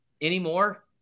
anymore